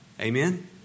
Amen